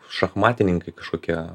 šachmatininkai kažkokie